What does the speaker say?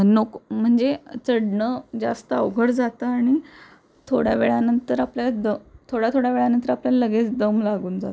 नोक म्हणजे चढणं जास्त अवघड जातं आणि थोड्या वेळानंतर आपल्याला द थोड्या थोड्या वेळानंतर आपल्याला लगेच दम लागून जातो